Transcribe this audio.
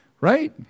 Right